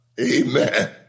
amen